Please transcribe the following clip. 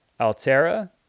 Altera